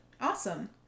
Awesome